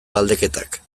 galdeketak